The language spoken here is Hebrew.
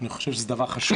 אני חושב שזה דבר חשוב.